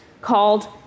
called